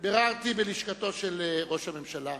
ביררתי בלשכתו של ראש הממשלה,